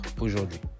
aujourd'hui